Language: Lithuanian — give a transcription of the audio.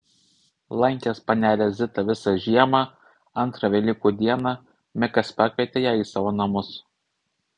lankęs panelę zitą visą žiemą antrą velykų dieną mikas pakvietė ją į savo namus